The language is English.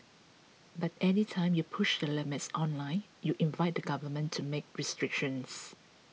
but any time you push the limits online you invite the government to make restrictions